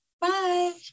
Bye